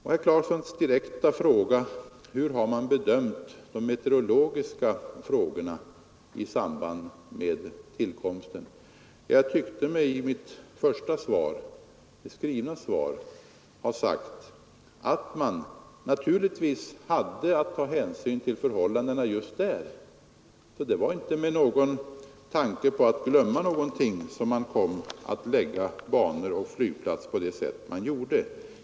Herr Clarksons direkta fråga var, hur man har bedömt de meteorologiska övervägandena i samband med tillkomsten av flygplatsen. Jag angav i mitt skrivna svar att när man hade att ta hänsyn till förhållandena just där, så var det naturligtvis inte därför att man glömt några faktorer som man kom att lägga flygplatsen och landningsbanorna på det sätt man gjort.